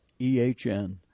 EHN